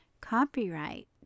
Copyright